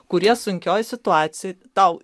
kurie sunkioje situacijoje tau